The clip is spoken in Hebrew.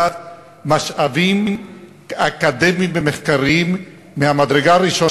משאבים אקדמיים ומחקריים ממדרגה ראשונה,